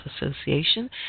Association